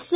S